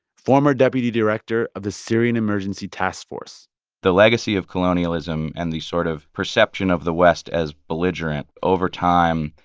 former deputy director of the syrian emergency task force the legacy of colonialism and the sort of perception of the west as belligerent, over time,